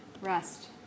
rest